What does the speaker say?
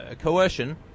coercion